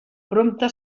prompte